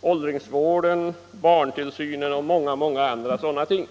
åldringsvården, barntillsynen och många andra områden.